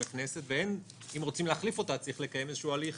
הכנסת ואם רוצים להחליף אותה צריך לקיים איזה הליך